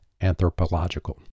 anthropological